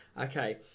Okay